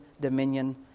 dominion